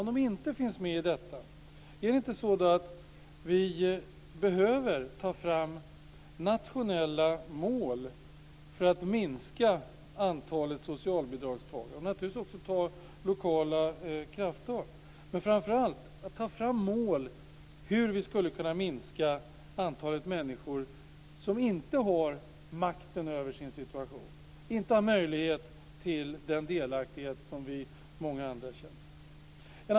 Om de inte finns med i detta, är det då inte så att vi behöver ta fram nationella mål för att minska antalet socialbidragstagare och naturligtvis också ta lokala krafttag? Måste vi inte sätta upp mål för att minska antalet människor som inte har makt över sin situation och inte har möjlighet att känna den delaktighet som många andra känner?